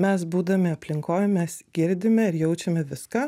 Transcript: mes būdami aplinkoj mes girdime ir jaučiame viską